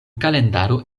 kalendaro